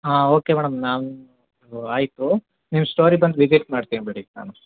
ಹಾಂ okay madam ನಮ್ಮ ಆಯಿತು ನಿಮ್ಮ ಸ್ಟೋರಿಗೆ ಬಂದು ವಿಸಿಟ್ ಮಾಡ್ತೀನಿ ಬಿಡಿ ನಾನು